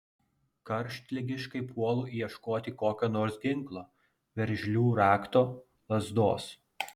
karštligiškai puolu ieškoti kokio nors ginklo veržlių rakto lazdos